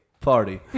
Party